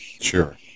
Sure